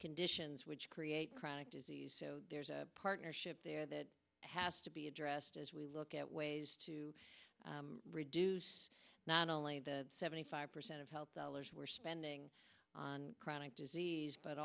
conditions which create chronic disease so there's a partnership there that has to be addressed as we look at ways to reduce not only the seventy five percent of health dollars we're spending on chronic disease but